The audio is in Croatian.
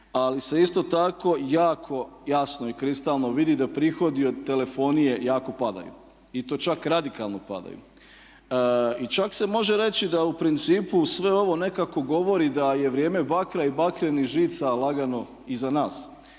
Ali se isto tako jako jasno i kristalno vidi da prihodi od telefonije jako padaju, i to čak radikalno padaju. I čak se može reći da u principu sve ovo nekako govori da je vrijeme bakra i bakrenih žica lagano iza nas